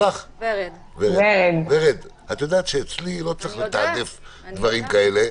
ורד, את יודעת שאצלי לא צריך לתעדף דברים האלה.